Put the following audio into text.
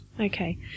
Okay